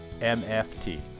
MFT